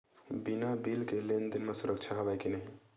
बिना बिल के लेन देन म सुरक्षा हवय के नहीं?